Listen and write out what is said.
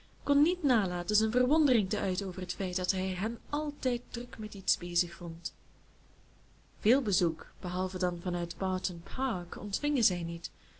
kon niet nalaten zijn verwondering te uiten over het feit dat hij hen altijd druk met iets bezig vond veel bezoek behalve dan vanuit barton park ontvingen zij niet